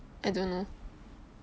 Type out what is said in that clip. I don't know